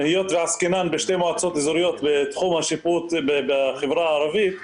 היות ועסקינן בשתי מועצות אזוריות בתחום השיפוט בחברה הערבית,